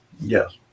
yes